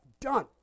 done